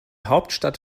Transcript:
hauptstadt